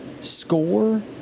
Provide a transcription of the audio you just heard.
Score